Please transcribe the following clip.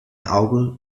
auge